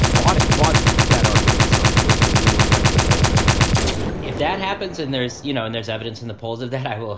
bought it, bought that argument to some degree will you regret this whole thing having happened if that happens and there's you know, there's evidence in the polls of that? well,